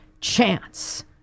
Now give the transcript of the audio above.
chance